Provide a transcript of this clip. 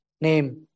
name